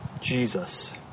Jesus